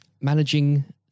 managing